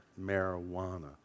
marijuana